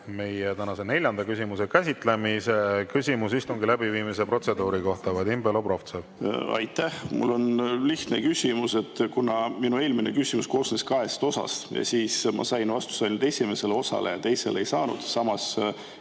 meie tänase neljanda küsimuse käsitlemise. Küsimus istungi läbiviimise protseduuri kohta. Vadim Belobrovtsev. Aitäh! Mul on lihtne küsimus. Kuna mu eelmine küsimus koosnes kahest osast ja ma sain vastuse ainult esimesele osale, teisele ei saanud, samas